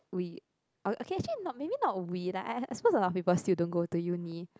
we okay actually not maybe not we like I I suppose a lot of people still don't go to uni